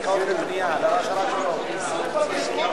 ניצחתם,